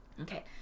Okay